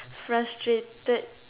frustrated